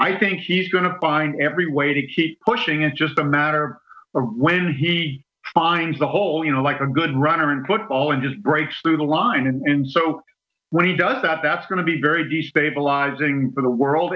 i think he's going to find every way to keep pushing it's just a matter of when he finds the whole you know like a good runner in football and just breaks through the line and so when he does that that's going to be very destabilizing for the world